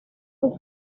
this